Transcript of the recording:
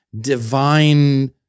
divine